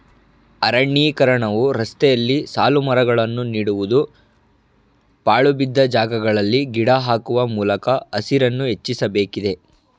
ಅರಣ್ಯೀಕರಣವು ರಸ್ತೆಯಲ್ಲಿ ಸಾಲುಮರಗಳನ್ನು ನೀಡುವುದು, ಪಾಳುಬಿದ್ದ ಜಾಗಗಳಲ್ಲಿ ಗಿಡ ಹಾಕುವ ಮೂಲಕ ಹಸಿರನ್ನು ಹೆಚ್ಚಿಸಬೇಕಿದೆ